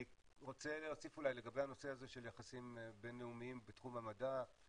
אני רוצה להוסיף לגבי הנושא של יחסים בינלאומיים בתחום המדע.